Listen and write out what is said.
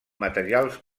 materials